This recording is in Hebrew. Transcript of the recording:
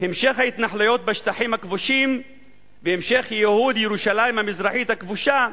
המשך ההתנחלויות בשטחים הכבושים והמשך ייהוד ירושלים המזרחית הכבושה,